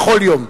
בכל יום.